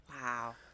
Wow